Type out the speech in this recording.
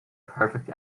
perfect